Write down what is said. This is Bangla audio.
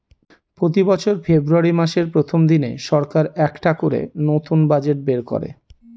প্রতি বছর ফেব্রুয়ারী মাসের প্রথম দিনে সরকার একটা করে নতুন বাজেট বের করে